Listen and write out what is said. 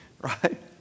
Right